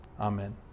Amen